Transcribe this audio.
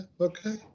okay